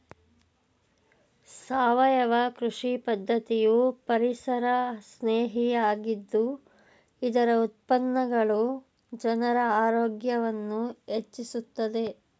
ಸಾವಯವ ಕೃಷಿ ಪದ್ಧತಿಯು ಪರಿಸರಸ್ನೇಹಿ ಆಗಿದ್ದು ಇದರ ಉತ್ಪನ್ನಗಳು ಜನರ ಆರೋಗ್ಯವನ್ನು ಹೆಚ್ಚಿಸುತ್ತದೆ